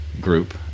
group